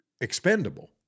expendable